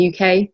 UK